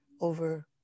over